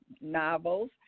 novels